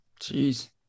Jeez